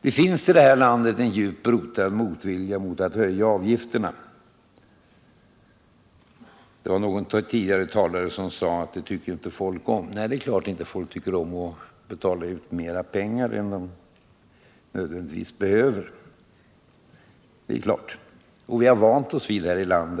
Det finns i det här landet en djupt rotad motvilja mot att höja avgifterna. Någon av de föregående talarna sade att folk inte tycker om avgiftshöjningar. Nej, det är klart att folk inte gör det! Vi har vant oss vid